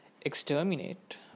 exterminate